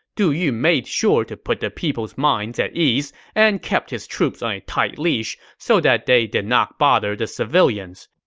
du yu made sure to put the people's minds at ease and kept his troops on a tight leash so that they didn't bother the civilians.